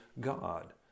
God